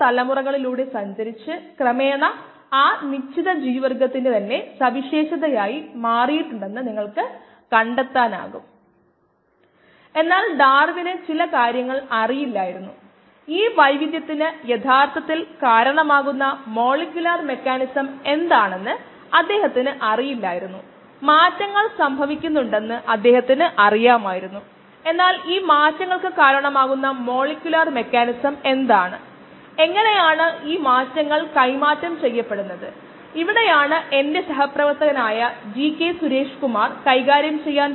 യൂണിറ്റുകളുടെ സ്ഥിരമായ ഒരു സിസ്റ്റത്തിൽ പ്രവർത്തിക്കുന്നത് സാധാരണയായി നല്ലതാണ് എന്തായാലും ഈ കോഴ്സിന്റെ ആവശ്യങ്ങൾക്കായി നമ്മൾ കൂടുതലും എസ്ഐ യൂണിറ്റുകൾ ഉപയോഗിക്കും അതുകൊണ്ടാണ് ഞാൻ 5 മിനിറ്റ് മുതൽ 300 നൂറ് സെക്കൻഡ് വരെ പരിവർത്തനം ചെയ്തത്